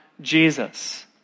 Jesus